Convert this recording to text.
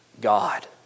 God